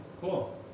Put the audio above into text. Cool